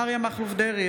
אריה מכלוף דרעי,